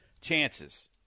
chances